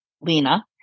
Lena